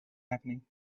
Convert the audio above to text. happening